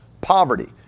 poverty